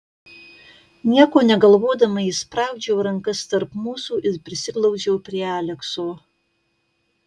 nieko negalvodama įspraudžiau rankas tarp mūsų ir prisiglaudžiau prie alekso